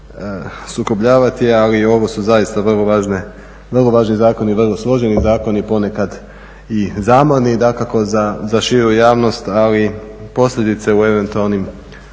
treba sukobljavati ali ovo su zaista vrlo važni zakoni i vrlo složeni zakoni i ponekad i zamorni i dakako za širu javnost ali posljedice u eventualnim